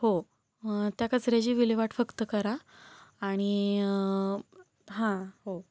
हो त्या कचऱ्याची विल्हेवाट फक्त करा आणि हां हो